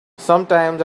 sometimes